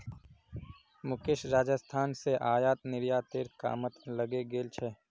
मुकेश राजस्थान स आयात निर्यातेर कामत लगे गेल छ